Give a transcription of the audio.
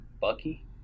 Bucky